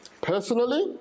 Personally